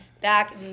back